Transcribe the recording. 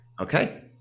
Okay